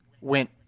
went